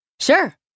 Sure